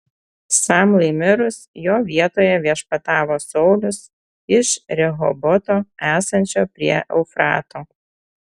samlai mirus jo vietoje viešpatavo saulius iš rehoboto esančio prie eufrato